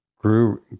grew